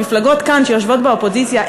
המפלגות כאן שיושבות באופוזיציה,